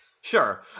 Sure